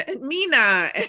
Mina